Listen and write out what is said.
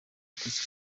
wakwica